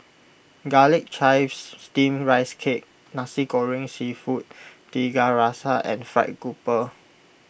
Garlic Chives Steamed Rice Cake Nasi Goreng Seafood Tiga Rasa and Fried Grouper